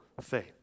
faith